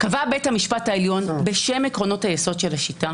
קבע בית המשפט העליון בשם עקרונות היסוד של השיטה